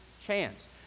chance